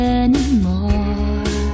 anymore